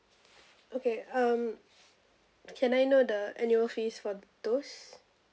okay um can I know the annual fees for those